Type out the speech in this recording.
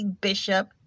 bishop